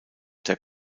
der